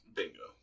Bingo